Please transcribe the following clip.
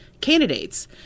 candidates